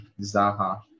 zaha